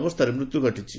ଅବସ୍ଥାରେ ମୃତ୍ୟୁ ଘଟିଛି